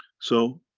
so,